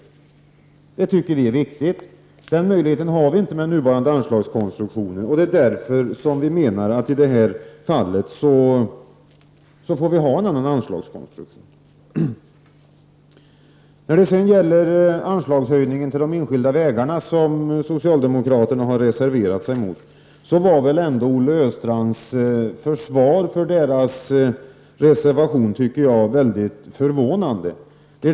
Det tycker vi är viktigt. Den möjligheten har vi inte med den nuvarande anslagskonstruktionen. Det är därför som vi tycker att man i det här fallet får ha en annan anslagskonstruktion. När det vidare gäller en höjning av anslaget till enskilda vägar, som socialdemokraterna har reserverat sig emot, var Olle Östrands försvar för reservationen väldigt förvånande.